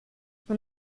man